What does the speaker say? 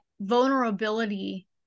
vulnerability